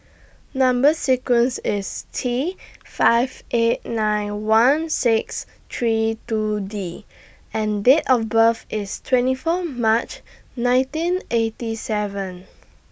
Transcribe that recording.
Number sequence IS T five eight nine one six three two D and Date of birth IS twenty four March nineteen eighty seven